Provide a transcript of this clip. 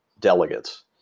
delegates